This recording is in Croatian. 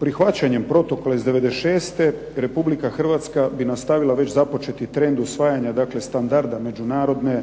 Prihvaćanjem protokola iz 96. Republika Hrvatska bi nastavila već započeti trend usvajanja standarda Međunarodne